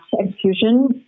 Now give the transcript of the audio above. execution